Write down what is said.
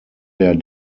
der